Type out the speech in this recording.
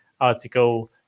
article